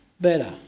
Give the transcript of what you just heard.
better